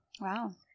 Wow